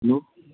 hello